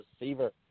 receiver